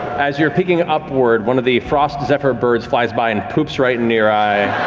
as you're picking upward, one of the frost zephyr birds flies by and poops right in your eye